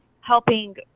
helping